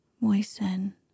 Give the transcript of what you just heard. Moisten